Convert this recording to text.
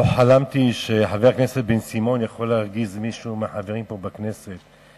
לא חלמתי שחבר הכנסת בן-סימון יכול להרגיז מישהו מהחברים פה בכנסת.